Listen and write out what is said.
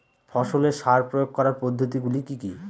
ফসলে সার প্রয়োগ করার পদ্ধতি গুলি কি কী?